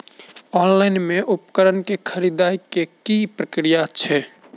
Online मे उपकरण केँ खरीदय केँ की प्रक्रिया छै?